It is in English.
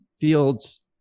Fields